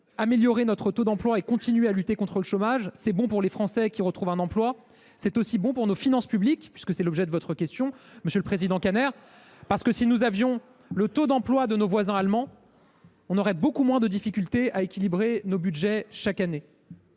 Améliorer notre taux d’emploi et continuer à lutter contre le chômage, c’est bon pour les Français qui retrouvent un travail, mais aussi pour nos finances publiques – tel est l’objet de votre question, monsieur le président Kanner –, car si nous avions le taux d’emploi de nos voisins allemands, nous aurions beaucoup moins de difficultés à équilibrer notre budget chaque année.